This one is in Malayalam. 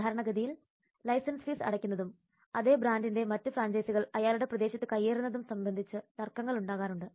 സാധാരണ ഗതിയിൽ ലൈസൻസ് ഫീസ് അടയ്ക്കുന്നതും അതേ ബ്രാൻഡിന്റെ മറ്റ് ഫ്രാഞ്ചൈസികൾ അയാളുടെ പ്രദേശത്ത് കയ്യേറുന്നതും സംബന്ധിച്ച് തർക്കങ്ങൾ ഉണ്ടാകാറുണ്ട്